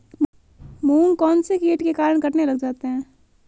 मूंग कौनसे कीट के कारण कटने लग जाते हैं?